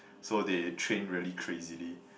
so they train really crazily